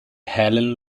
helen